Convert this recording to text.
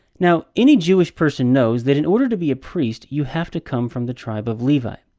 now, any jewish person knows that in order to be a priest, you have to come from the tribe of levi.